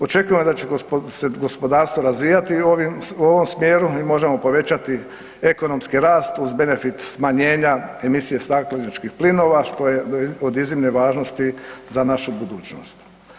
Očekujemo da će se gospodarstvo razvijati u ovom smjeru i možemo povećati ekonomski rast uz benefit smanjenja emisije stakleničkih plinova što je od iznimne važnosti za našu budućnost.